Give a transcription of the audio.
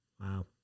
Wow